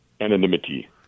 anonymity